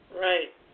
right